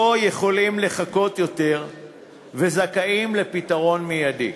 יכולים לחכות יותר וזכאים לפתרון מיידי.